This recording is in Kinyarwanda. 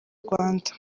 rwanda